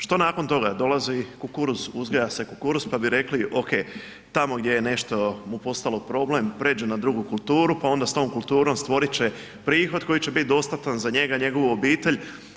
Što nakon toga, dolazi kukuruz uzgaja se kukuruz pa bi rekli ok, tamo gdje je nešto mu postalo problem pređe na drugu kulturu pa onda s tom kulturom stvorit će prihod koji će biti dostatan za njega, njegovu obitelj.